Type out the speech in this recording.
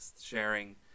sharing